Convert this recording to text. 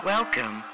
Welcome